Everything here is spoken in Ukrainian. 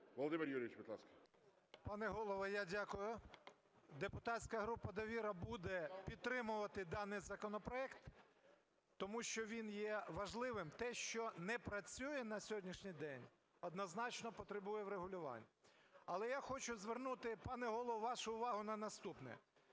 Володимир Юрійович, будь ласка.